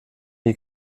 die